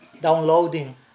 downloading